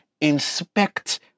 inspect